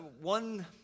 one